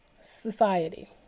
society